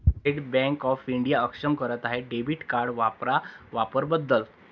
state bank of India अक्षम करत आहे डेबिट कार्ड वापरा वापर बदल